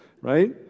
right